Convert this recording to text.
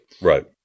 Right